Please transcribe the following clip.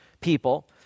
people